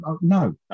No